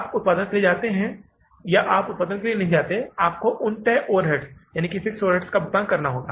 आप उत्पादन के लिए जाते हैं आप उत्पादन से नहीं जाते हैं आपको तय ओवरहेड्स के लिए भुगतान करना होगा